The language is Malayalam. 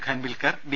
ഖൻവിൽക്കർ ഡി